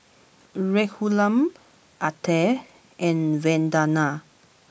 Raghuram Atal and Vandana